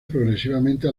progresivamente